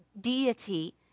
deity